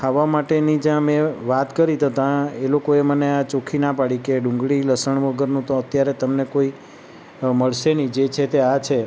ખાવા માટેની જ્યાં અમે વાત કરી તો ત્યાં એ લોકોએ મને આ ચોખ્ખી ના પાડી કે ડુંગળી લસણ વગરનું તો અત્યારે તમને કોઈ મળશે નહીં જે છે તે આ છે